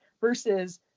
versus